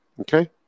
Okay